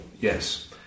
Yes